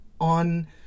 on